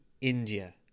India